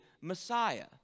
Messiah